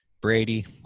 Brady